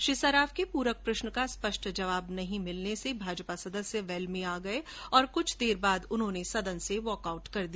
श्री सर्राफ के पूरक प्रष्न का स्पष्ट जवाब नहीं मिलने से भाजपा सदस्य वेल में आ गये और कुछ देर बाद उन्होंने सदन से वॉक आउट कर दिया